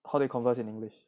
who they converse in english